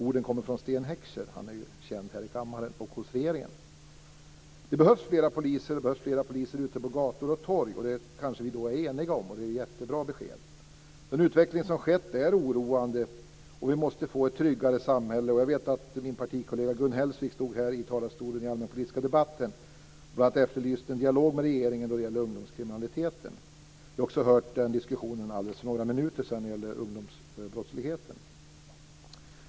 Orden kommer från Sten Heckscher. Han är ju känd här i kammaren och i regeringen. Det behövs fler poliser. Det behövs fler poliser ute på gator och torg. Det kanske vi är eniga om, och det är ett jättebra besked. Den utveckling som har skett är oroande. Vi måste få ett tryggare samhälle. Jag vet att bl.a. min partikollega Gun Hellsvik stod här i talarstolen under den allmänpolitiska debatten och efterlyste en dialog med regeringen om ungdomskriminaliteten. Vi har också hört diskussionen om ungdomsbrottsligheten här för några minuter sedan.